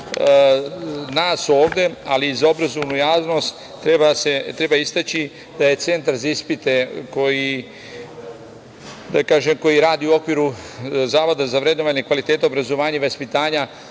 nas ovde, ali i za obrazovnu javnost, treba istaći da je centar za ispite koji radi u okviru Zavoda za vrednovanje kvaliteta obrazovanja i vaspitanja